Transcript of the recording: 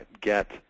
get